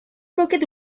pocket